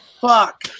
Fuck